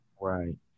Right